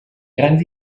grans